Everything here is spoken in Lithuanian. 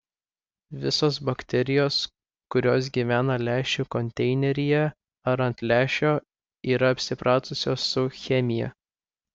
visos bakterijos kurios gyvena lęšių konteineryje ar ant lęšio yra apsipratusios su chemija